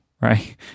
Right